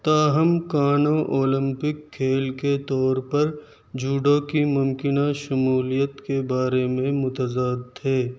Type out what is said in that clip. تاہم Kano Olympic کھیل کے طور پر جوڈو کی ممکنہ شمولیت کے بارے میں متضاد تھے